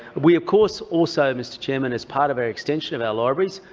we, of course, also, mr chairman, as part of our extension of our libraries,